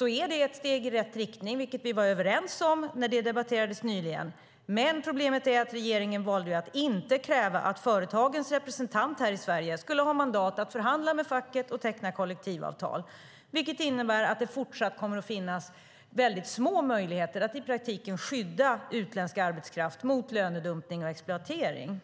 är steg i rätt riktning, vilket vi var överens om när det debatterades nyligen. Men problemet är att regeringen valde att inte kräva att företagens representant här i Sverige skulle ha mandat att förhandla med facket och teckna kollektivavtal. Det innebär att det fortsatt kommer att finnas mycket små möjligheter att i praktiken skydda utländsk arbetskraft mot lönedumpning och exploatering.